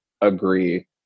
agree